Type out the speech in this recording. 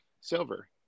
silver